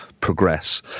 progress